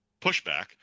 pushback